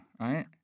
right